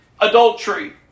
adultery